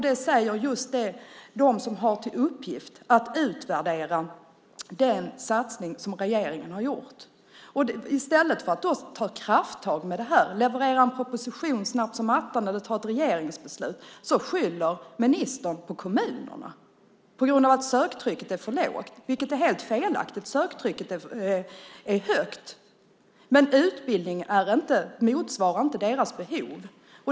Det säger just de som har till uppgift att utvärdera den satsning som regeringen har gjort. I stället för att ta krafttag med detta, leverera en proposition snabbt som attan eller fatta ett regeringsbeslut skyller ministern på kommunerna att söktrycket är för lågt, vilket är helt felaktigt. Söktrycket är högt. Men utbildningen motsvarar inte deras behov.